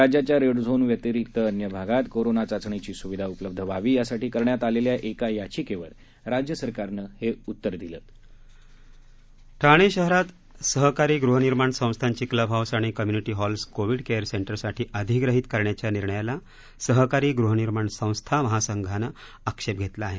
राज्याच्या red zone व्यतिरिक्त अन्य भागात कोरोना चाचणीची सुविधा उपलब्ध व्हावी यासाठी करण्यात आलेल्या एका याचिकेवर राज्यसरकारनं हे उत्तर दिलं ठाणे शहरात सहकारी गृहनिर्माण संस्थांची क्लब हाऊस आणि community halls Covid care centre साठी अधिग्रहित करण्याच्या निर्णयाला सहकारी गृहनिर्माण संस्था महासंघाने आक्षेप घेतला आहे